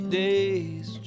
days